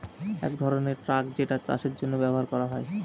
এক ধরনের ট্রাক যেটা চাষের জন্য ব্যবহার করা হয়